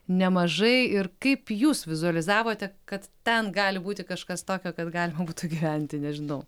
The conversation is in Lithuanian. nemažai ir kaip jūs vizualizavote kad ten gali būti kažkas tokio kad galima būtų gyventi nežinau